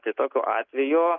tai tokiu atveju